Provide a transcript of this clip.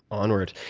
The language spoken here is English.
onwards.